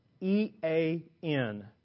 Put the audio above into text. e-a-n